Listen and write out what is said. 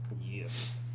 Yes